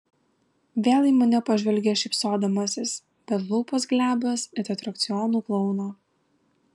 vėl į mane pažvelgia šypsodamasis bet lūpos glebios it atrakcionų klouno